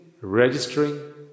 registering